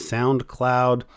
SoundCloud